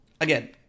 again